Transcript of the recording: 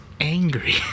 angry